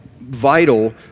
vital